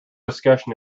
discussion